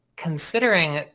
considering